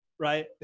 Right